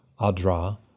Adra